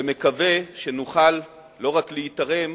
ומקווה שנוכל לא רק להיתרם